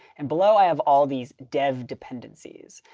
and below, i have all these dev dependencies.